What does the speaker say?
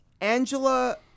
Angela